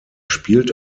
spielt